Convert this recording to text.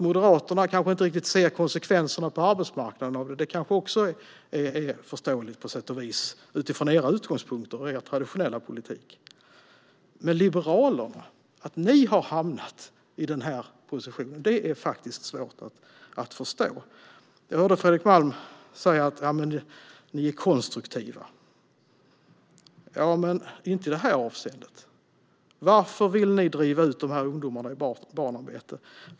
Moderaterna kanske inte riktigt ser konsekvenserna på arbetsmarknaden av detta, och det kan också på sätt och vis vara förståeligt utifrån era utgångspunkter och er traditionella politik. Men att Liberalerna har hamnat i den här positionen är svårt att förstå. Jag hörde Fredrik Malm säga att ni är konstruktiva. Men inte i det här avseendet! Varför vill ni driva ut de här ungdomarna i barnarbete?